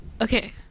Okay